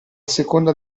seconda